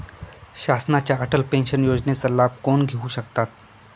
शासनाच्या अटल पेन्शन योजनेचा लाभ कोण घेऊ शकतात?